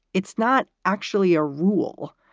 it's not actually a rule.